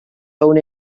own